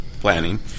planning